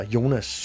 Jonas